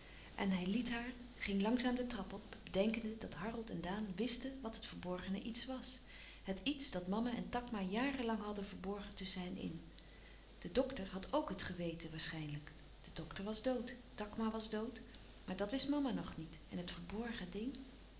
en hij liet haar ging langzaam de trap op bedenkende dat harold en daan wisten wat het verborgene iets was het iets dat mama en takma jaren lang hadden verborgen tusschen hen in de dokter ook had het geweten waarschijnlijk de dokter was dood takma was dood maar dat wist mama nog niet en het verborgen ding